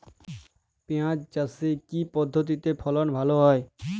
পিঁয়াজ চাষে কি পদ্ধতিতে ফলন ভালো হয়?